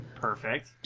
Perfect